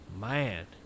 man